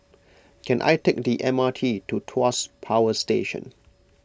can I take the M R T to Tuas Power Station